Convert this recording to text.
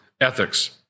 ethics